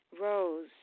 Rose